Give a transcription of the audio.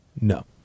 No